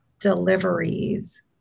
deliveries